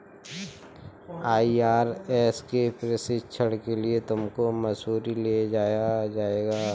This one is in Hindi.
आई.आर.एस के प्रशिक्षण के लिए तुमको मसूरी ले जाया जाएगा